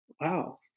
Wow